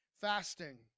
fasting